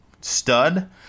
stud